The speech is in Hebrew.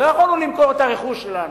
לא יכולנו למכור את הרכוש שלנו,